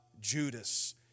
Judas